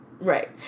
Right